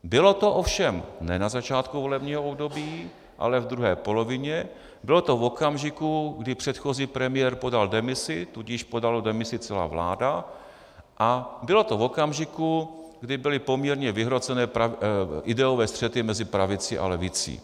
Bylo to ovšem ne na začátku volebního období, ale v druhé polovině, bylo to v okamžiku, kdy předchozí premiér podal demisi, tudíž podala demisi celá vláda, a bylo to v okamžiku, kdy byly poměrně vyhrocené ideové střety mezi pravicí a levicí.